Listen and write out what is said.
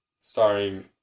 Starring